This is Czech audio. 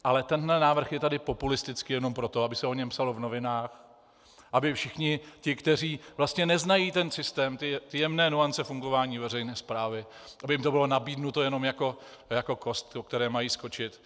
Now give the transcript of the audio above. Ale tenhle návrh je tady populisticky jenom proto, aby se o něm psalo v novinách, aby všichni ti, kteří neznají ten systém, ty jemné nuance fungování veřejné správy, aby jim to bylo nabídnuto jenom jako kost, po které mají skočit.